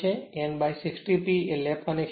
n 60 P એ lap connection છે